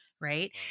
right